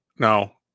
Now